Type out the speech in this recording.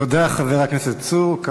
חבר הכנסת צור, תודה.